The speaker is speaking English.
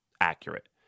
accurate